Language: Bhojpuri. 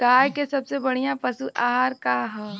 गाय के सबसे बढ़िया पशु आहार का ह?